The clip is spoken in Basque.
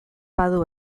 badu